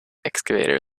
excavator